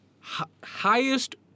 Highest